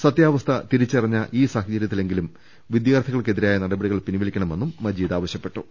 സത്യാവസ്ഥ തിരിച്ചറിഞ്ഞ ഈ സാഹചര്യത്തിലെങ്കിലും വി ദ്യാർത്ഥികൾക്കെതിരായ നടപടികൾ പിൻവലിക്കണമെന്ന് മജീദ് ആവശ്യപ്പെട്ടു